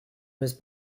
was